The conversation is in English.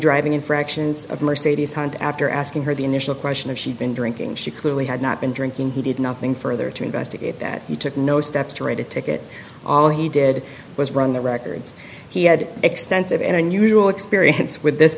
driving infractions of mercedes hunt after asking her the initial question of she'd been drinking she clearly had not been drinking he did nothing further to investigate that he took no steps to write a ticket all he did was run the records he had extensive and unusual experience with this